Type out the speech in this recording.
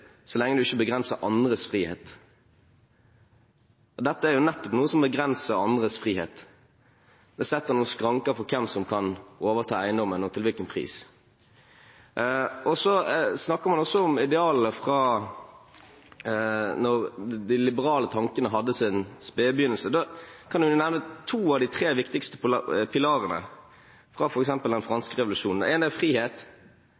så lenge du ikke begrenser andres frihet. Dette er nettopp noe som begrenser andres frihet. Det setter noen skranker for hvem som kan overta eiendommen, og til hvilken pris. Så snakker man også om idealene fra da de liberale tankene hadde sin spede begynnelse. Da kan en jo nevne to av de tre viktigste pilarene fra f.eks. den